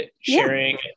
sharing